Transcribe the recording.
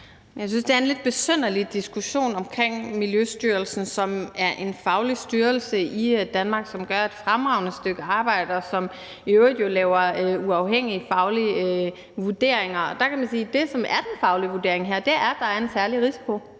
Jeg synes, det er en lidt besynderlig diskussion omkring Miljøstyrelsen, som er en faglig styrelse i Danmark, som gør et fremragende stykke arbejde, og som jo i øvrigt laver uafhængige faglige vurderinger. Det, som er den faglige vurdering her, er, at der er en særlig risiko.